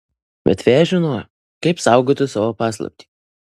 bet fėja žinojo kaip saugoti savo paslaptį